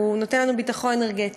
והוא נותן לנו ביטחון אנרגטי,